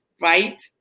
right